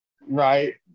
right